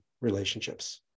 relationships